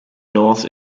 north